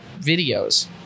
videos